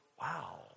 wow